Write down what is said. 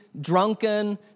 drunken